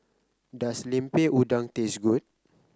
does Lemper Udang taste good